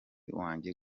wanjye